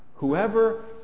Whoever